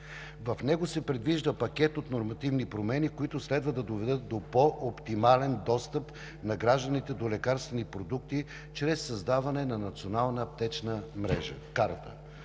В него се предвижда пакет от нормативни промени, които следва да доведат до по-оптимален достъп на гражданите до лекарствени продукти чрез създаване на Национална аптечна карта.